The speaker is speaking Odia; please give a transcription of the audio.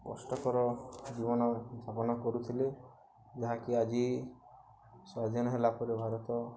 କଷ୍ଟକର ଜୀବନ ଯାପନା କରୁଥିଲେ ଯାହାକି ଆଜି ସ୍ୱାଧୀନ ହେଲା ପରେ ଭାରତ